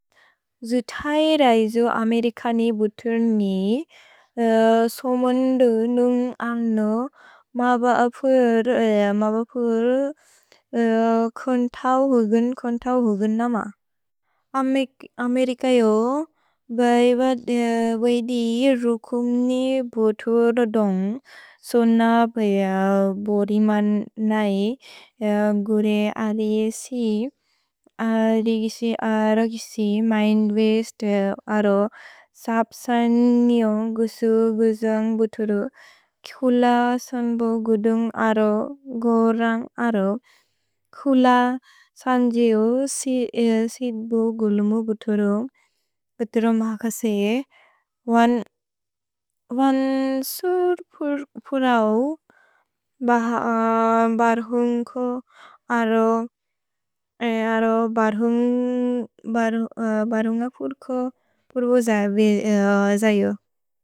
जुतै रैजु अमेरिकनि बुतुर्मि, सोमोन्दु नुन् अनु मबपुर् कोन्तौ हुगुन् कोन्तौ हुगुन् नम। अमेरिकयो बएवद् वेदि रुकुम्नि बुतुर्रोदोन्ग् सोन पएअ बोदिमन् नै गुरे अदेगिसि अरगिसि मैन्वेस्त् अरो सप्सन्योन्ग् गुसुगुजन्ग् बुतुर्रु कुल सम्बोगुदुन्ग् अरो गोरन्ग् अरो। कुल सन्जिउ सिद्बो गुल्मु बुतुर्रु, बुतुर्रु माकसे वन् सुर्पुरौ बर्हुन्ग पुर्बो जयु।